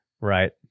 Right